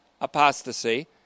apostasy